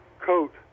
coat